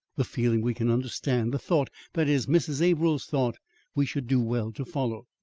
the feeling we can understand the thought that is, mrs. averill's thought we should do well to follow.